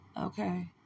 Okay